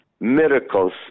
miracles